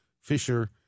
Fisher